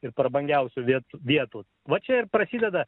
ir prabangiausių vietų vietų va čia ir prasideda